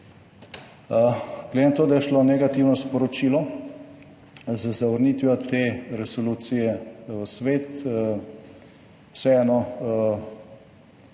Glede na to, da je šlo negativno sporočilo z zavrnitvijo te resolucije v svet, vseeno